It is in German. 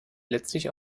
letztlich